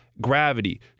gravity